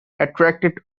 attracted